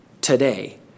today